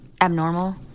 Abnormal